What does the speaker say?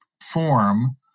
form